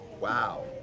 Wow